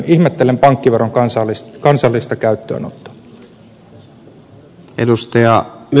ihmettelen pankkiveron kansallista käyttöönottoa